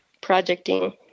projecting